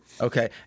Okay